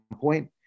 point